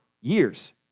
years